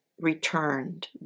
returned